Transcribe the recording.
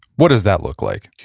what does that look like?